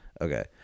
okay